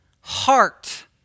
heart